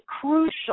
crucial